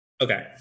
Okay